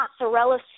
mozzarella